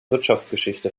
wirtschaftsgeschichte